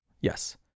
Yes